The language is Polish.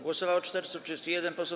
Głosowało 431 posłów.